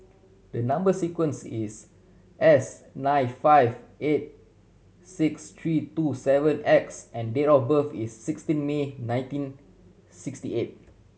the number sequence is S nine five eight six three two seven X and date of birth is sixteen May nineteen sixty eight